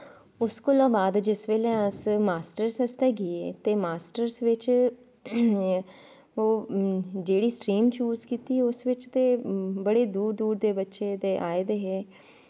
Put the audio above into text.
उस कोला बाद जिस बेल्लै अस मास्टरस आस्तै गे ते मास्टरस च ओह् जेह्ड़ी स्ट्रीम चूज़ कीती ते उस बिच्च बड़े दूर दूर दे बच्चे आए दे हे